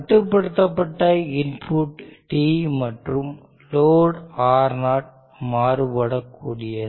கட்டுப்படுத்தப்பட்ட input d மற்றும் load Ro மாறுபடக்கூடியது